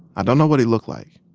i don't know what he looked like.